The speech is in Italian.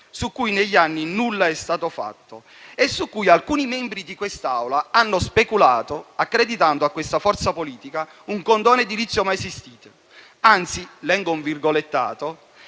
su cui negli anni nulla è stato fatto e su cui alcuni membri di quest'Assemblea hanno speculato, accreditando a questa forza politica un condono edilizio mai esistito. Anzi, cito